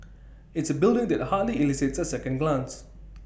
it's A building that hardly elicits A second glance